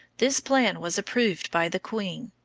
this plan was approved by the queen,